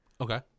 Okay